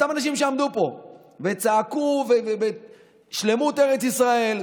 אותם אנשים שעמדו פה וצעקו "שלמות ארץ ישראל".